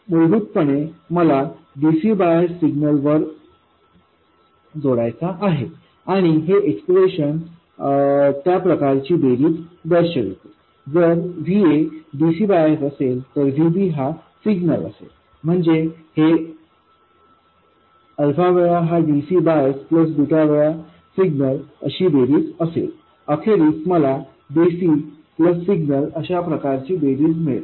मूलभूतपणे मला dc bias सिग्नलवर जोडायचा आहे आणि हे एक्स्प्रेशन त्या प्रकारची बेरीज दर्शवते जर Va dc बायस असेल तर Vb हा सिग्नल असेल म्हणजे हे अल्फा वेळा हा dc बायस प्लस बीटा वेळा सिग्नल अशी बेरीज असेल अखेरीस मला dc प्लस सिग्नल अशा प्रकारची बेरीज मिळेल